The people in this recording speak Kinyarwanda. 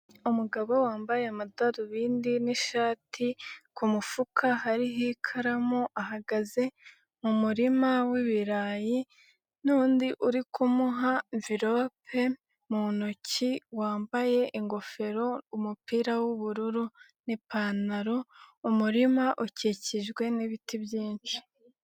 Umugabo wambaye amadarubindi n'ishati ku mufuka hariho ikaramu ahagaze mu murima w'ibirayi n'undi uri kumuha mvilope mu ntoki, wambaye ingofero umupira w'ubururu n'ipantaro umurima ukikijwe n'biti byinshi.